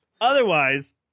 otherwise